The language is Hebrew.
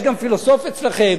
יש גם פילוסוף אצלכם,